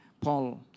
Paul